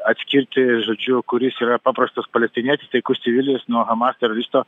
atskirti žodžiu kuris yra paprastas palestinietis taikus civilis nuo hamas teroristo